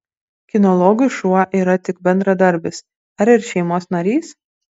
kinologui šuo yra tik bendradarbis ar ir šeimos narys